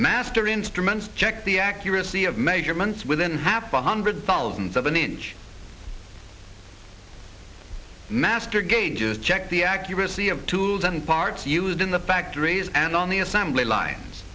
master instruments check the accuracy of measurements within half a hundred thousandth of an inch master gauges check the accuracy of tools and parts used in the factories and on the assembly lines